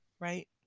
Right